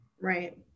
Right